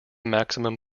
maximum